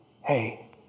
Hey